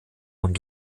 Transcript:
und